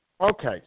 Okay